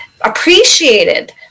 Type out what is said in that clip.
appreciated